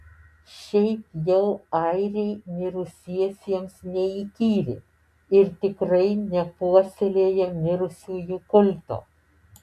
šiaip jau airiai mirusiesiems neįkyri ir tikrai nepuoselėja mirusiųjų kulto